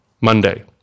Monday